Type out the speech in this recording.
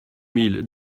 mille